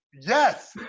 Yes